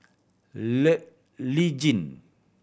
Lee Tjin